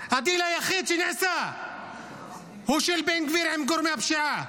הדיל היחיד שנעשה הוא של בן גביר עם גורמי הפשיעה,